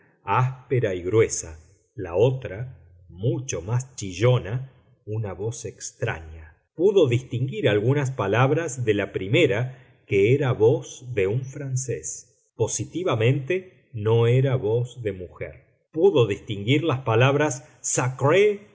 áspera y gruesa la otra mucho más chillona una voz extraña pudo distinguir algunas palabras de la primera que era voz de un francés positivamente no era voz de mujer pudo distinguir las palabras sacré